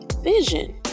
vision